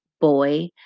boy